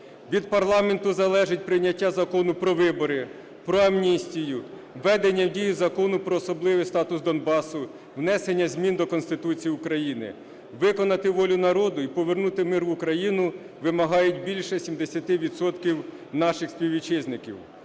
Від парламенту залежить прийняття Закону про вибори, про амністію, введення в дію Закону про особливий статус Донбасу, внесення змін до Конституції України. Виконати волю народу і повернути мир в Україну вимагають більше 70 відсотків наших співвітчизників.